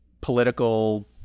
political